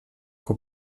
que